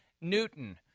Newton